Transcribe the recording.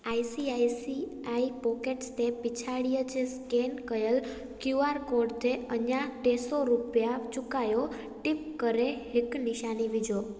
I C I C I pockets ते पिछाड़ीअ जे स्केन कयल क्यू आर कोड ते अंञा टे सौ रुपिया चुकायो टिप करे हिक निशानी विझो